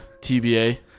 TBA